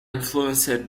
influenced